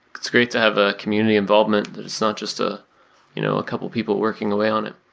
it's great to have a community involvement, that it's not just ah you know a couple of people working away on it.